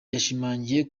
yashimangiye